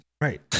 Right